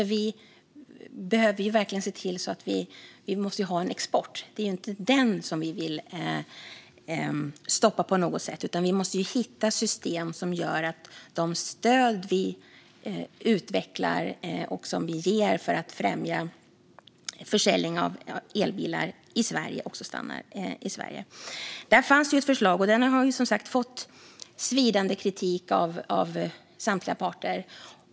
Vi måste ha en export, och det är inte den som vi vill stoppa på något sätt. Vi måste hitta system som gör att de stöd som vi utvecklar och ger för att främja försäljningen av elbilar i Sverige också stannar i Sverige. Där fanns det ett förslag, och det har som sagt fått svidande kritik av samtliga parter.